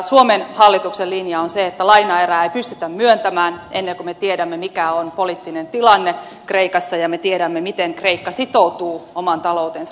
suomen hallituksen linja on se että lainaerää ei pystytä myöntämään ennen kuin me tiedämme mikä on poliittinen tilanne kreikassa ja me tiedämme miten kreikka sitoutuu oman taloutensa kuntoonsaattamiseen